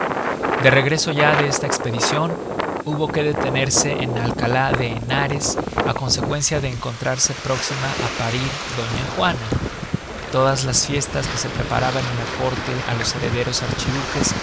de regreso ya de esta espedicion hubo que detenerse en alcalá de henares á consecuencia de encontrarse próxima á parir doña juana todas las fiestas que se preparaban en la córte á los herederos archiduques